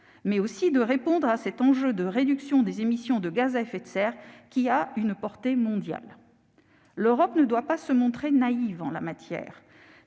mais aussi de répondre à cet enjeu de réduction des émissions de gaz à effet de serre, qui a une portée mondiale. L'Europe ne doit pas se montrer naïve en la matière.